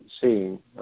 seeing